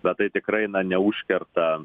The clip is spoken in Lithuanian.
bet tai tikrai neužkerta